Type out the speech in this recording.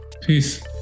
Peace